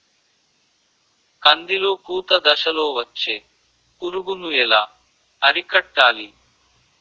కందిలో పూత దశలో వచ్చే పురుగును ఎలా అరికట్టాలి?